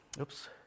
Oops